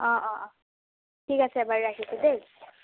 অঁ অঁ অঁ ঠিক আছে বাৰু ৰাখিছোঁ দেই